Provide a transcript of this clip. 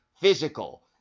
physical